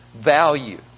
Value